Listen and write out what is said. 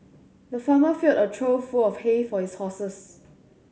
the farmer filled a trough full of hay for his horses